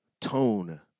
tone